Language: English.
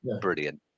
brilliant